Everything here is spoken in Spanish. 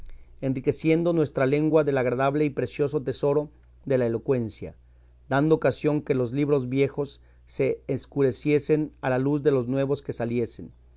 enriqueciendo nuestra lengua del agradable y precioso tesoro de la elocuencia dando ocasión que los libros viejos se escureciesen a la luz de los nuevos que saliesen